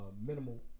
minimal